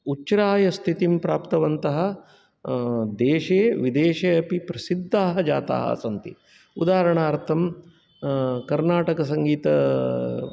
उछ्रायस्थितिं प्राप्तवन्तः देशे विदेशे अपि प्रसिद्धाः जाताः सन्ति उदाहरणार्तं कर्णाटकसङ्गीत